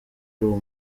uwo